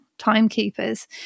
timekeepers